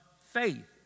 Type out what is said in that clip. faith